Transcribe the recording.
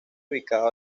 ubicado